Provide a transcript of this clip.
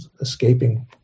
escaping